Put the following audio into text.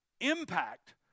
impact